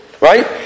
Right